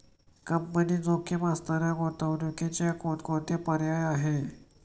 कमी जोखीम असणाऱ्या गुंतवणुकीचे कोणकोणते पर्याय आहे?